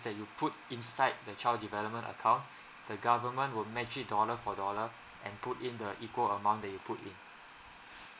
that you put inside the child development account the government would match it dollar for dollar and put in the equal amount that you put in